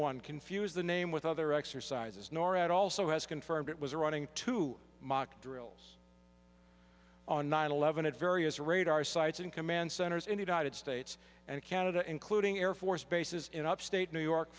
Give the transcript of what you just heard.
one confuse the name with other exercises norad also has confirmed it was running to mock drills on nine eleven and various radar sites and command centers in the united states and canada including air force bases in upstate new york